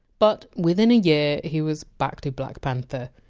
but within a year, he was back to black panther,